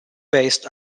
based